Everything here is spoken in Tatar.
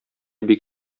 бик